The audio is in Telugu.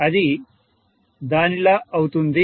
అది అది దానిలా అవుతుంది